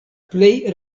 plej